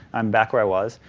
i'm back where was.